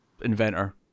inventor